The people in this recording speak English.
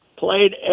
Played